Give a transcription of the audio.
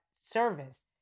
service